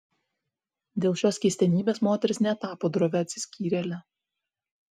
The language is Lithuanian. dėl šios keistenybės moteris netapo drovia atsiskyrėle